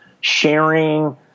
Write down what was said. sharing